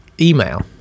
email